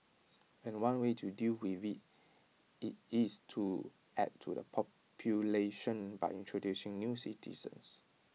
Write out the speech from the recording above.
and one way to deal with IT is to add to the population by introducing new citizens